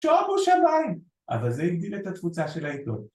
שומו שמיים... אבל זה הגדיל את התפוצה של העיתון